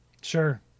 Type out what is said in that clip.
Sure